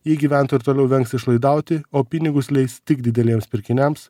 ji gyventų ir toliau vengs išlaidauti o pinigus leis tik dideliems pirkiniams